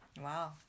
wow